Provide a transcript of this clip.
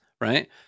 right